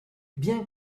bien